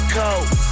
code